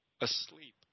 Asleep